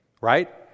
right